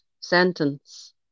sentence